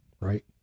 right